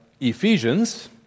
Ephesians